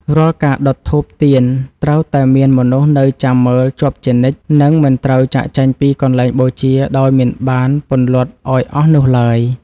រាល់ការដុតធូបទៀនត្រូវតែមានមនុស្សនៅចាំមើលជាប់ជានិច្ច និងមិនត្រូវចាកចេញពីកន្លែងបូជាដោយមិនបានពន្លត់ឱ្យអស់នោះឡើយ។